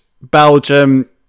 Belgium